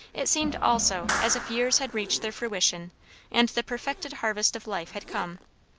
it seemed also as if years had reached their fruition and the perfected harvest of life had come.